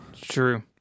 true